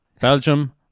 Belgium